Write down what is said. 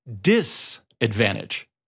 disadvantage